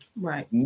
Right